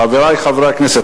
חברי חברי הכנסת,